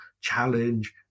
challenge